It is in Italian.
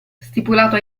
stipulato